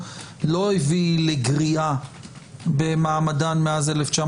לא הביא לגריעה במעמדן מאז 1992,